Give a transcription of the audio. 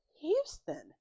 Houston